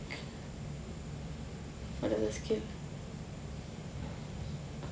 what other skill